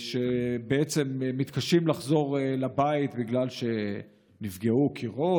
שמתקשים לחזור לבית בגלל שנפגעו קירות,